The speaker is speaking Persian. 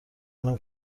منم